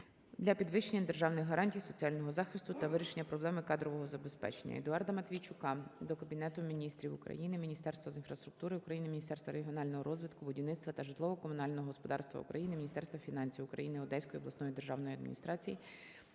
для підвищення державних гарантій соціального захисту та вирішення проблеми кадрового забезпечення.